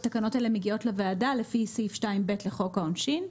התקנות האלה מגיעות לוועדה לפי סעיף 2(ב) לחוק העונשין,